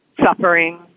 suffering